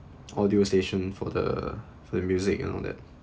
audio station for the for the music and all that